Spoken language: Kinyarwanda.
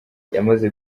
yamaze